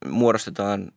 muodostetaan